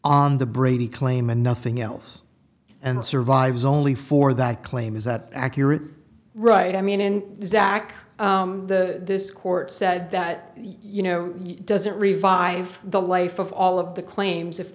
on the brady claim and nothing else and survives only for that claim is that accurate right i mean in zack the this court said that you know does it revive the life of all of the claims if